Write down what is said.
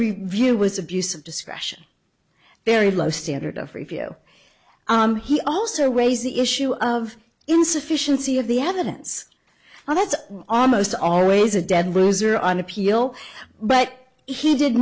review was abuse of discretion very low standard of review he also raise the issue of insufficiency of the evidence and that's almost always a dead loser on appeal but he did